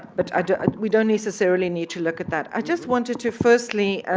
but and we don't necessarily need to look at that. i just wanted to firstly,